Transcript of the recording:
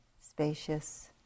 spacious